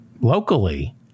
locally